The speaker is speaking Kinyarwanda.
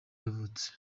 yavutse